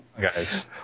guys